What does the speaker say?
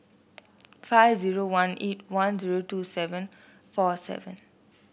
five zero one eight one zero two seven four seven